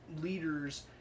leaders